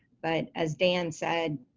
but as dan said,